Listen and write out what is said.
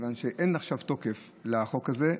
מכיוון שאין עכשיו תוקף לחוק הזה.